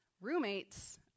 roommates